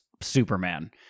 Superman